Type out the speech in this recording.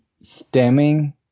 stemming